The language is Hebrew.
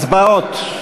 הצבעות.